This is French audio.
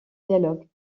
dialogues